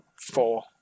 Four